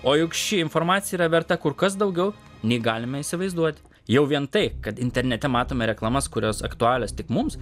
o juk ši informacija yra verta kur kas daugiau nei galime įsivaizduoti jau vien tai kad internete matome reklamas kurios aktualios tik mums